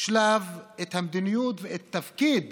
שלב את המדיניות ואת תפקיד